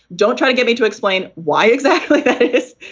don't try to get me to explain why exactly that is,